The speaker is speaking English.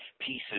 pieces